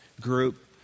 group